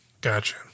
Gotcha